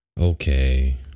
okay